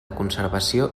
conservació